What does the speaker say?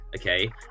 Okay